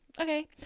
Okay